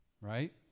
right